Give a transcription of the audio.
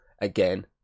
again